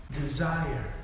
desire